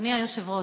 אדוני היושב-ראש,